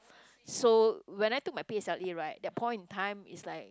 so when I took my p_s_l_e right that point in time is like